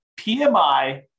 PMI